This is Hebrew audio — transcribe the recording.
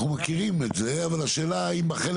ואנחנו קיבלנו את הכסף,